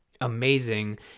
amazing